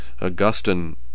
Augustine